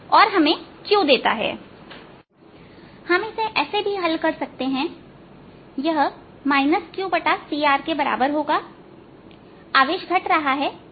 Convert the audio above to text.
और इसे हम ऐसे भी हल कर सकते हैं कि यह QCR के बराबर होगा आवेश घट रहा है